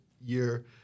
year